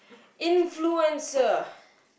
influencer